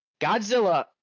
Godzilla